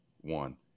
one